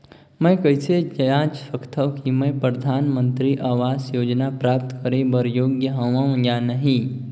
मैं कइसे जांच सकथव कि मैं परधानमंतरी आवास योजना प्राप्त करे बर योग्य हववं या नहीं?